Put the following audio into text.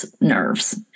nerves